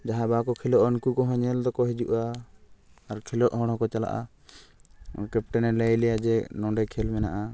ᱡᱟᱦᱟᱭ ᱵᱟᱠᱚ ᱠᱷᱮᱞᱳᱜᱼᱟ ᱩᱱᱠᱩ ᱠᱚᱦᱚᱸ ᱧᱮᱞ ᱫᱚᱠᱚ ᱦᱤᱡᱩᱜᱼᱟ ᱟᱨ ᱠᱷᱮᱞᱳᱜ ᱦᱚᱲ ᱦᱚᱸᱠᱚ ᱪᱟᱞᱟᱜᱼᱟ ᱠᱮᱯᱴᱮᱱᱮ ᱞᱟᱹᱭ ᱞᱮᱭᱟ ᱡᱮ ᱱᱚᱰᱮ ᱠᱷᱮᱞ ᱢᱮᱱᱟᱜᱼᱟ